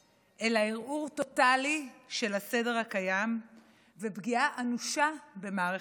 אלא ערעור טוטלי של הסדר הקיים ופגיעה אנושה במערכת המשפט.